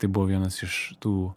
tai buvo vienas iš tų